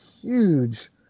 huge